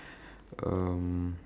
um